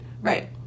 Right